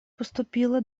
поступила